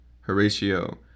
Horatio